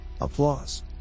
Applause